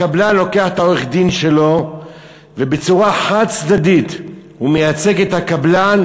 הקבלן לוקח את עורך-הדין שלו ובצורה חד-צדדית הוא מייצג את הקבלן